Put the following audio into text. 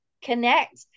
connect